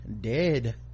dead